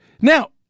Now